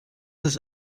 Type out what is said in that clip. das